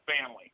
family